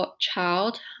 child